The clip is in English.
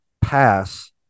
pass